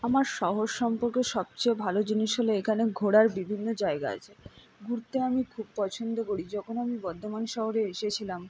আমার শহর সম্পর্কে সবচেয়ে ভালো জিনিস হল এখানে ঘোরার বিভিন্ন জায়গা আছে ঘুরতে আমি খুব পছন্দ করি যখন আমি বর্ধমান শহরে এসেছিলাম